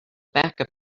backup